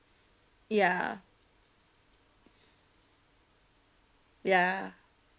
ya ya